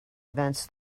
events